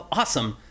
awesome